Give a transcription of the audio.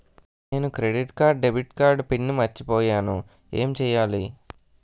నేను credit card debit card PIN మర్చిపోయేను ఎం చెయ్యాలి?